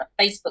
Facebook